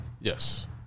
Yes